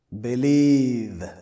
believe